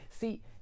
see